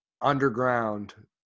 Underground